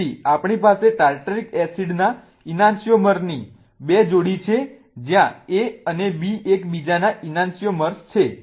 તેથી આપણી પાસે ટાર્ટરિક એસિડના ઈનાન્સ્યિઓમર્સની 2 જોડી છે જ્યાં A અને B એકબીજાના ઈનાન્સ્યિઓમર્સ છે